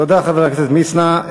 תודה, חבר הכנסת מצנע.